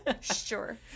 Sure